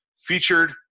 featured